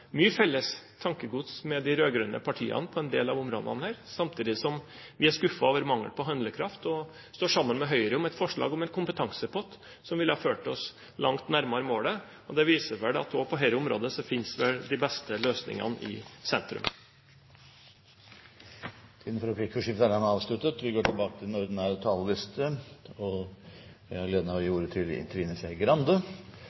mye felles tankegods med de rød-grønne partiene på en del av disse områdene, samtidig som vi er skuffet over mangel på handlekraft og står sammen med Høyre om et forslag om en kompetansepott, som ville ha ført oss langt nærmere målet. Det viser vel at også på dette området finnes de beste løsningene i sentrum. Replikkordskiftet er dermed avsluttet. Jeg har gleden av å gi